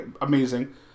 Amazing